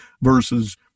versus